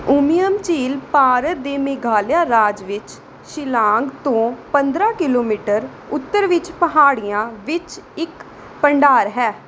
ਉਮੀਅਮ ਝੀਲ ਭਾਰਤ ਦੇ ਮੇਘਾਲਿਆ ਰਾਜ ਵਿੱਚ ਸ਼ਿਲਾਂਗ ਤੋਂ ਪੰਦਰਾਂ ਕਿਲੋਮੀਟਰ ਉੱਤਰ ਵਿੱਚ ਪਹਾੜੀਆਂ ਵਿੱਚ ਇੱਕ ਭੰਡਾਰ ਹੈ